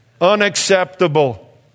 Unacceptable